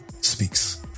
Speaks